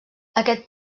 aquest